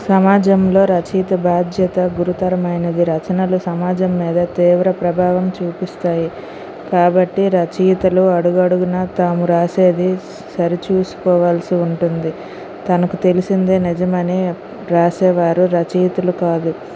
సమాజంలో రచయిత బాధ్యత గురుతరమైనది రచనలు సమాజం మీద తీవ్ర ప్రభావం చూపిస్తాయ్ కాబట్టి రచయితలు అడుగడుగున తాము రాసేది సరిచూసుకోవాల్సి ఉంటుంది తనకు తెలిసిందే నిజమని రాసేవారు రచయితలు కాదు